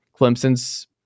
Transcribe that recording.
clemson's